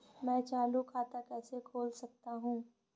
मैं चालू खाता कैसे खोल सकता हूँ?